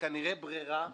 כנראה ברירה.